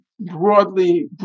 broadly